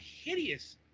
hideous